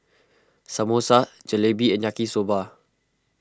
Samosa Jalebi and Yaki Soba